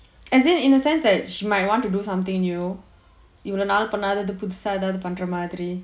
as in in a sense that she might want to do something you know இவ்ளோ நாள் பண்ணாதது புதுசா எதாவது பண்ற மாதிரி:ivlo naal pannathaathu puthusaa ethaavathu pandra maathiri